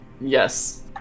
Yes